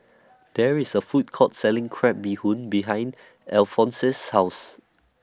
There IS A Food Court Selling Crab Bee Hoon behind Alphonse's House